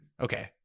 Okay